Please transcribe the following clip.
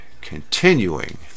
continuing